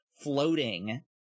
floating